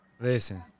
Listen